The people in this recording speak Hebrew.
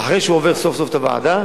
אחרי שהוא עובר סוף-סוף את הוועדה,